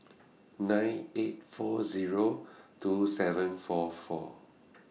nine eight four Zero two seven four four